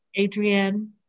Adrienne